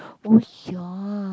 oh ya